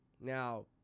Now